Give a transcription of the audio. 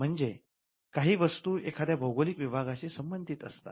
म्हणजे काही वस्तू एखाद्या भौगोलिक विभागाशी संबंधित असतात